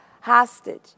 hostage